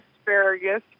asparagus